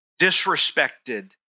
disrespected